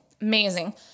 amazing